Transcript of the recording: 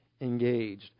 engaged